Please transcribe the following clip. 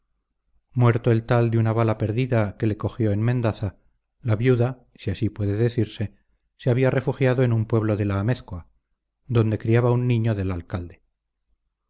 muerto el tal de una bala perdida que le cogió en mendaza la viuda si así puede decirse se había refugiado en un pueblo de la amézcoa donde criaba un niño del alcalde